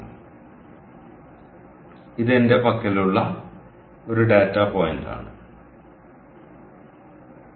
അതിനാൽ ഇത് എന്റെ പക്കലുള്ള ഒരു ഡാറ്റ പോയിന്റാണ് എല്ലാം ശരിയാണ്